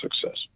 success